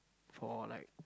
for like